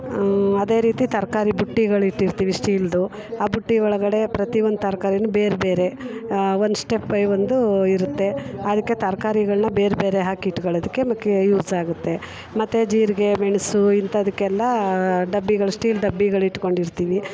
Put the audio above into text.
ಅದೇ ರೀತಿ ತರಕಾರಿ ಬುಟ್ಟಿಗಳು ಇಟ್ಟಿರ್ತೀವಿ ಸ್ಟೀಲ್ದು ಆ ಬುಟ್ಟಿ ಒಳಗಡೆ ಪ್ರತಿ ಒಂದು ತರಕಾರಿನು ಬೇರೆ ಬೇರೆ ಒಂದು ಸ್ಟೆಪ್ ಬೈ ಒಂದು ಇರುತ್ತೆ ಅದಕ್ಕೆ ತರಕಾರಿಗಳ್ನ ಬೇರೆ ಬೇರೆ ಹಾಕಿಟ್ಕೋಳ್ಳೋದಕ್ಕೆ ಯೂಸಾಗತ್ತೆ ಮತ್ತೆ ಜೀರಿಗೆ ಮೆಣಸು ಇಂಥದಕ್ಕೆಲ್ಲ ಡಬ್ಬಿಗಳು ಸ್ಟೀಲ್ ಡಬ್ಬಿಗಳು ಇಟ್ಕೊಂಡಿರ್ತೀವಿ